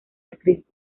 actriz